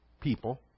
people